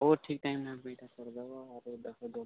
ହଉ ଠିକ୍ ଟାଇମ୍ନେ ବିଲ୍ଟା କରିଦେବ ଆରୁ